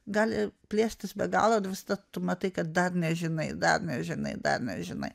gali plėstis be galo ir visada tu matai kad dar nežinai dar nežinai dar nežinai